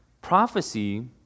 prophecy